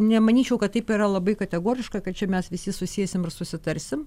nemanyčiau kad taip yra labai kategoriška kad čia mes visi susėsim ir susitarsim